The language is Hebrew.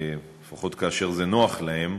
שלפחות כאשר זה נוח להם